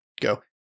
go